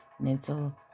mental